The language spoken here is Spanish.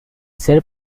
ser